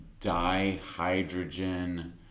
dihydrogen